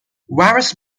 various